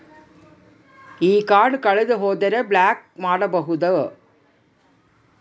ಈ ಕಾರ್ಡ್ ಕಳೆದು ಹೋದರೆ ಬ್ಲಾಕ್ ಮಾಡಬಹುದು?